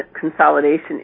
consolidation